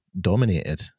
dominated